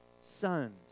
sons